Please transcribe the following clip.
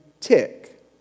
tick